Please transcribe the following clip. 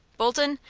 bolton,